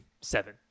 seven